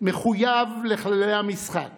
מחויב לכללי המשחק